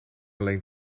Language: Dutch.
alleen